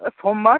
এ সোমবার